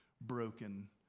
broken